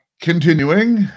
Continuing